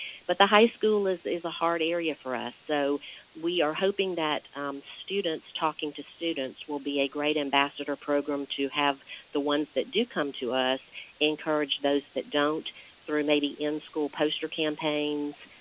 but the high school is is a hard area for us. so we are hoping that students talking to students will be a great ambassador program to have the ones that do come to us encourage those that don't through maybe in-school poster campaigns,